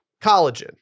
Collagen